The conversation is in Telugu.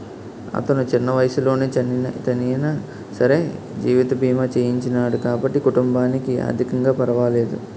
అతను చిన్న వయసులోనే చనియినా సరే జీవిత బీమా చేయించినాడు కాబట్టి కుటుంబానికి ఆర్ధికంగా పరవాలేదు